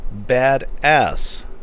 Badass